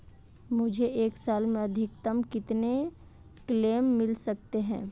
मुझे एक साल में अधिकतम कितने क्लेम मिल सकते हैं?